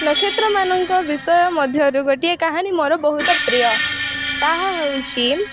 ନକ୍ଷତ୍ର ମାନଙ୍କ ବିଷୟ ମଧ୍ୟରୁ ଗୋଟିଏ କାହାଣୀ ମୋର ବହୁତ ପ୍ରିୟ ତାହା ହେଉଛି